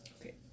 Okay